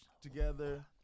together